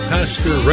Pastor